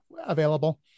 available